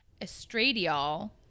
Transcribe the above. estradiol